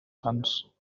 sants